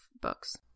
books